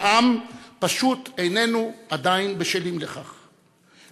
העם פשוט איננו בשלים לכך עדיין.